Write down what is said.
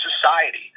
society